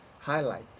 Highlight